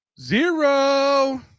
Zero